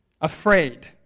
afraid